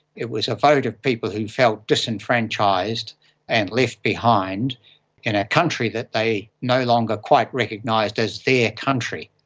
it was a vote of people who felt disenfranchised and left behind in a country that they no longer quite recognised as their ah country.